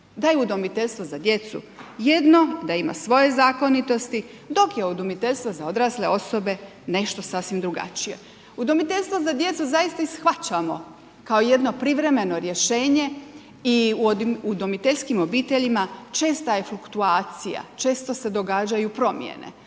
Da je udomiteljstvo za djecu jedno, da ima svoje zakonitosti, dok je udomiteljstvo za odrasle osobe nešto sasvim drugačije. Udomiteljstvo za djecu zaista i shvaćamo kao jedno privremeno rješenje i u udomiteljskim obiteljima česta je fluktuacija, često se događaju promjene